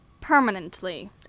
Permanently